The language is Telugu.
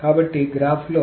కాబట్టి గ్రాఫ్లో